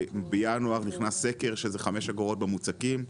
בינואר נכנס סקר, שזה חמש אגורות במוצקים,